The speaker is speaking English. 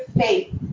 faith